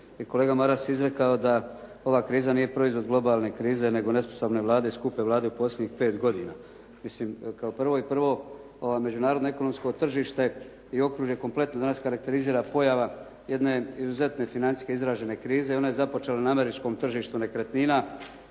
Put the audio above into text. kolega Maras izrekao da ova kriza nije proizvod globalne krize nego nesposobne Vlade i skupe Vlade u posljednjih pet godina. Mislim, kao prvo ovo međunarodno ekonomsko tržište i okružje kompletno danas karakterizira pojava jedne izuzetne financijske izražene krize i ona je započela na američkom tržištu nekretnina